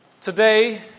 Today